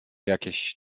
jakieś